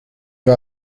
war